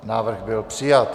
Návrh byl přijat.